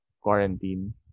quarantine